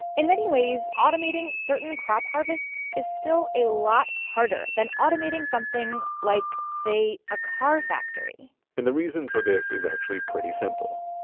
in many ways, automating certain crop harvests is still a lot harder than automating something like, say, a car factory and the reason for this is actually pretty simple.